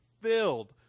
filled